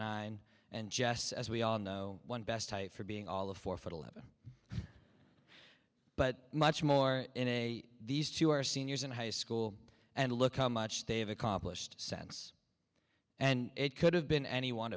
nine and jess as we all know one best for being all of four foot eleven but much more in a these two are seniors in high school and look how much they have accomplished sense and it could have been any one